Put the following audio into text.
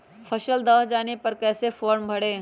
फसल दह जाने पर कैसे फॉर्म भरे?